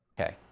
okay